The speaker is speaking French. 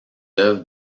œuvres